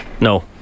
No